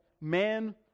men